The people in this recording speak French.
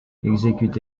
exécute